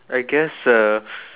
I guess uh